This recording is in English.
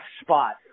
spot